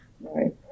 Right